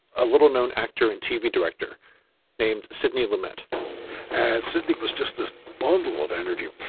a little known actor and tv director named sidney lumet sidney was just this bundle of energy.